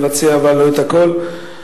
אבל לא את הכול.